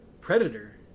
Predator